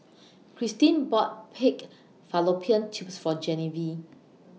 Krystin bought Pig Fallopian Tubes For Genevieve